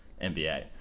NBA